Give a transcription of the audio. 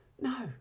No